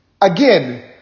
Again